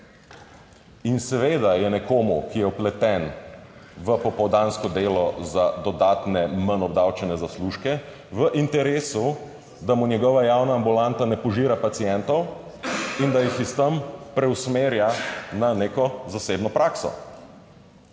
In seveda je nekomu, ki je vpleten v popoldansko delo za dodatne, manj obdavčene zaslužke, v interesu, da mu njegova javna ambulanta ne požira pacientov in da jih iz tam preusmerja na neko zasebno prakso,